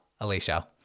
Alicia